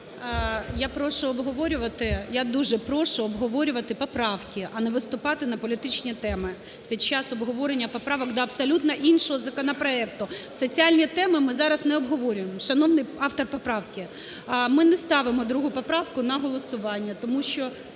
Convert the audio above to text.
я дуже прошу обговорювати поправки, а не виступати на політичні теми під час обговорення поправок до абсолютно іншого законопроекту. Соціальні теми ми зараз не обговорюємо, шановний автор поправки. Ми не ставимо другу поправку на голосування, тому що